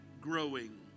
growing